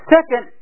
Second